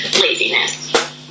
laziness